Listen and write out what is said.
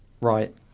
Right